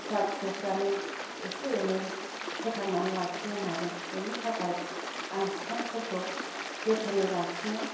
फिसा फिसौफ्रानो एसे एनै फोथांनानै लाखिनो हागोन बिनि थाखाय आं फिफांफोरखौ जोथोनै लाखिनो